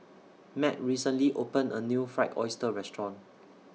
Matt recently opened A New Fried Oyster Restaurant